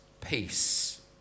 peace